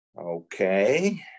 Okay